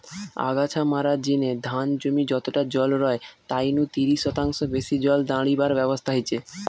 আগাছা মারার জিনে ধান জমি যতটা জল রয় তাই নু তিরিশ শতাংশ বেশি জল দাড়িবার ব্যবস্থা হিচে